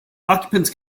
occupants